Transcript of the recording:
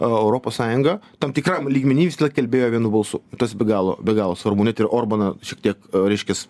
europos sąjunga tam tikram lygmeny visąlaik kalbėjo vienu balsu tas be galo be galo svarbu net ir orbaną šiek tiek reiškias